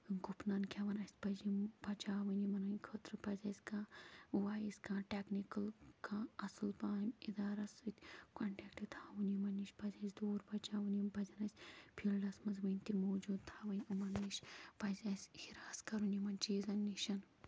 گُپنَن کھٮ۪وان اَسہِ پَزِ یِم بچاوٕنۍ یِمَن ہٕنٛدِ خٲطرٕ پَزِ اَسہِ کانٛہہ وایِس کانٛہہ ٹٮ۪کنِکَل کانٛہہ اَصٕل پہم اِدارَس سۭتۍ کَنٛٹیکٹہٕ تھاوُن یِمَن نِش پَزِ اَسہِ دوٗر بچاوُن یِم پَزٮ۪ن اَسہِ فیٖلڈَس منٛز وُنہِ تہِ موجوٗد تھاوٕنۍ یِمَن نِش پَزِ اَسہِ ہِراس کَرُن یِمَن چیٖزَن نِش